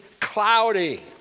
cloudy